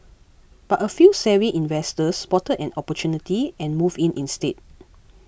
but a few savvy investors spotted an opportunity and moved in instead